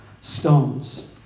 stones